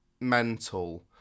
mental